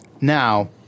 Now